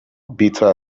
bitter